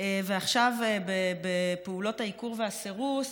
ועכשיו בפעולות העיקור והסירוס.